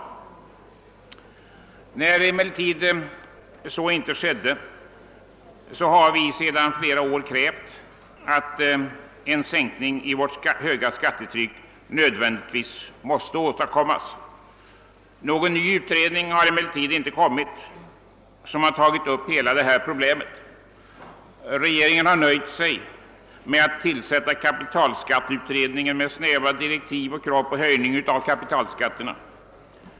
Eftersom regeringen nu inte gjorde det, har vårt parti sedan flera år hävdat att en sänkning av det höga skattetrycket nödvändigtvis måste företas. Någon utredning har emellertid inte tillsatts som tagit upp hela det problemet. Regeringen har nöjt sig med att tillsätta kapitalskatteberedningen med snäva direktiv och krav på höjning av kapitalskatterna.